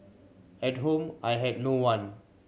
at home I had no one